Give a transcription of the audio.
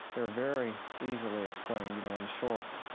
they're very easily explained. you know in short,